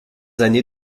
années